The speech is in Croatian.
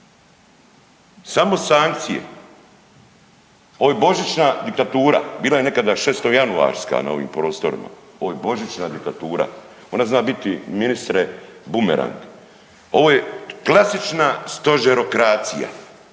samo sankcije, ovo je božićna diktatura. Bila je nekad 6. januarska na ovim prostorima, ovo je božićna diktatura. Ona zna biti ministre bumerang. Ovo je klasična stožerokracija